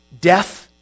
Death